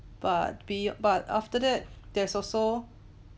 but be but after that there's also